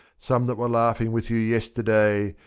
some that were laughing with you yesterday,